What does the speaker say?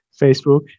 Facebook